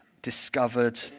discovered